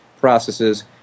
processes